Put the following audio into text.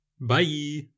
Bye